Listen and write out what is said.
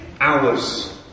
hours